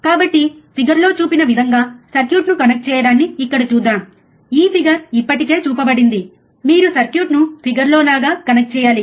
కాబట్టి ఫిగర్లో చూపిన విధంగా సర్క్యూట్ను కనెక్ట్ చేయడాన్ని ఇక్కడ చూద్దాం ఈ ఫిగర్ ఇప్పటికే చూపబడింది మీరు సర్క్యూట్ను ఫిగర్లో లాగా కనెక్ట్ చేయాలి